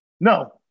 No